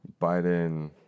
Biden